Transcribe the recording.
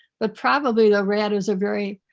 but probably the rat is a very,